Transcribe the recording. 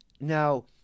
Now